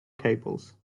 cables